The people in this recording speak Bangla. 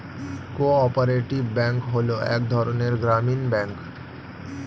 কো অপারেটিভ ব্যাঙ্ক হলো এক ধরনের গ্রামীণ ব্যাঙ্ক